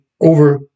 over